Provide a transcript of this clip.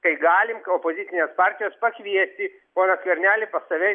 kai galim opozicinės partijos pakviesti poną skvernelį pas save